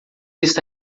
está